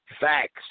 facts